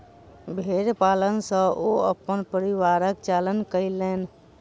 भेड़ पालन सॅ ओ अपन परिवारक पालन कयलैन